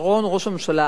ראש הממשלה אז,